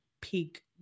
peak